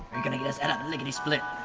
gonna get us out and lickety split.